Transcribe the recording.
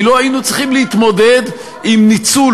כי לא היינו צריכים להתמודד עם ניצול